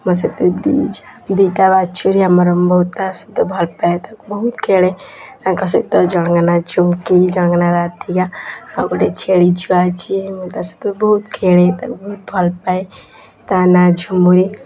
ମୋ ସାଥିରେ ଦି ଯା ଦୁଇଟା ବାଛୁରୀ ଆମର ମୁଁ ତା ସହିତ ବହୁତ ଭଲପାଏ ତାକୁ ବହୁତ ଖେଳେ ତାଙ୍କ ସହିତ ଜଣକ ନାଁ ଚୁମ୍କି ଜଣକ ନାଁ ରାଧିକା ଆଉ ଗୋଟେ ଛେଳି ଛୁଆ ଅଛି ମୁଁ ତା ସହିତ ଖେଳେ ତାକୁ ବହୁତ ଭଲପାଏ ତା ନାଁ ଝୁମୁରି